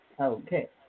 Okay